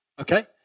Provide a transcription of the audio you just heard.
okay